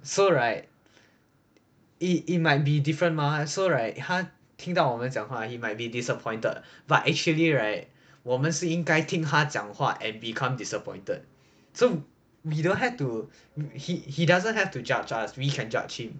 so right it it might be different mah so right 他听到我们讲话 he might be disappointed but actually right 我们是应该听他讲话 and become disappointed so we don't have to he doesn't have to judge us we can judge him